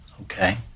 Okay